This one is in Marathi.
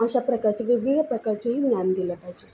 अशा प्रकारची वेगवेगळ्या प्रकारचीही ज्ञान दिलं पाहिजे